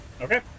Okay